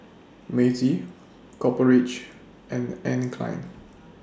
Meiji Copper Ridge and Anne Klein